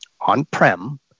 on-prem